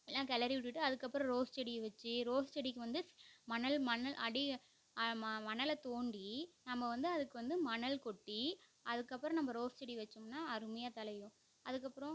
எல்லாம் கிளரி விட்டுட்டு அதுக்கப்புறோம் ரோஸ் செடியை வச்சி ரோஸ் செடிக்கு வந்து மணல் மணல் அடி ம மணல தோண்டி நம்ம வந்து அதுக்கு வந்து மணல் கொட்டி அதுக்கு அப்புறோம் நம்ப ரோஸ் செடி வச்சோம்னா அருமையாக தழையும் அதுக்கப்புறோம்